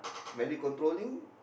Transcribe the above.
very controlling